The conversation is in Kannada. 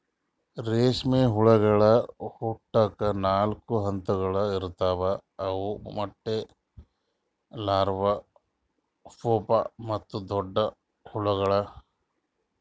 ರೇಷ್ಮೆ ಹುಳಗೊಳ್ ಹುಟ್ಟುಕ್ ನಾಲ್ಕು ಹಂತಗೊಳ್ ಇರ್ತಾವ್ ಅವು ಮೊಟ್ಟೆ, ಲಾರ್ವಾ, ಪೂಪಾ ಮತ್ತ ದೊಡ್ಡ ಹುಳಗೊಳ್